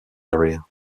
area